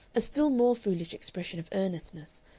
a still more foolish expression of earnestness,